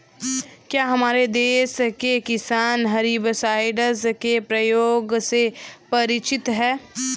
क्या हमारे देश के किसान हर्बिसाइड्स के प्रयोग से परिचित हैं?